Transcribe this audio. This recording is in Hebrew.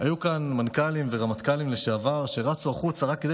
היו כאן מנכ"לים ורמטכ"לים לשעבר שרצו החוצה רק כדי